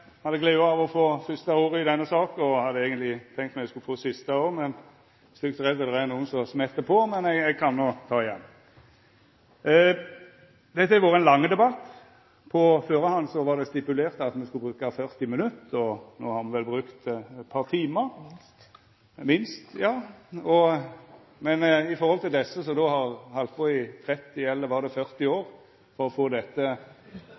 hadde gleda av å få første ordet i denne saka og hadde eigenleg tenkt at eg skulle få siste òg. Men eg er stygt redd for at det er nokon som smett på, men eg kan ta ordet igjen. Dette har vore ein lang debatt. På førehand var det stipulert at me skulle bruka 40 minutt. No har me vel brukt eit par timar, minst, men i forhold til desse som har halde på i 30 år, eller var det 40 år, for å få dette